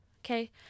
Okay